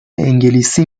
انگلیسی